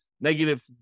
negative